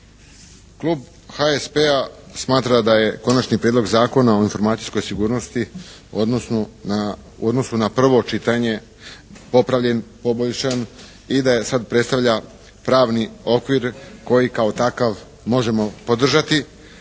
Klub HSP-a smatra da je Konačni prijedlog Zakona o informacijskoj sigurnosti u odnosu na prvo čitanje popravljen, poboljšan i da sada predstavlja pravni okvir koji kao takav možemo podržati